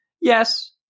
Yes